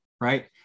right